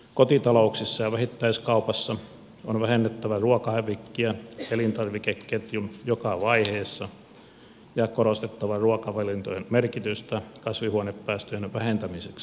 kotitalouksissa ja vähittäiskaupassa on vähennettävä ruokahävikkiä elintarvikeketjun joka vaiheessa ja korostettava ruokavalintojen merkitystä kasvihuonepäästöjen vähentämiseksi